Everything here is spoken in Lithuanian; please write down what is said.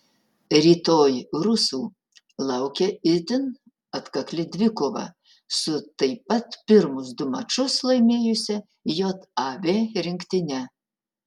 rytoj rusų laukia itin atkakli dvikova su taip pat pirmus du mačus laimėjusia jav rinktine